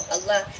Allah